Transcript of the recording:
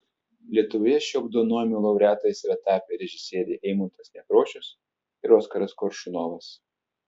lietuvoje šio apdovanojimo laureatais yra tapę režisieriai eimuntas nekrošius ir oskaras koršunovas